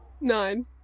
Nine